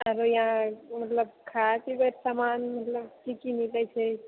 अबैया मतलब खाय पीबै कऽ सामान मतलब की की मिलै छै